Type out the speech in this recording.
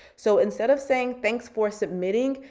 so instead of saying, thanks for submitting,